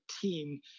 team